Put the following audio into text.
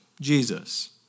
Jesus